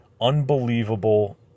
unbelievable